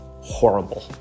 horrible